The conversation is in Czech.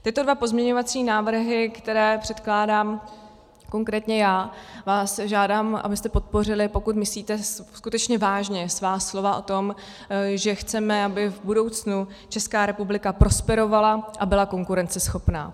Tyto dva pozměňovací návrhy, které předkládám konkrétně já, vás žádám, abyste podpořili, pokud myslíte skutečně vážně svá slova o tom, že chceme, aby v budoucnu Česká republika prosperovala a byla konkurenceschopná.